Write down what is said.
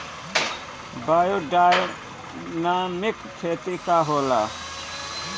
Biodynamic खेती का होला?